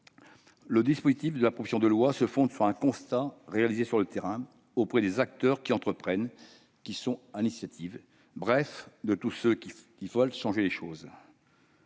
Le dispositif de la proposition de loi se fonde sur un constat réalisé sur le terrain auprès des acteurs qui entreprennent et sont à l'initiative- bref, de tous ceux qui veulent faire changer les choses.